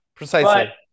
Precisely